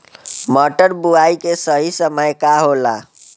मटर बुआई के सही समय का होला?